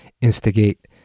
instigate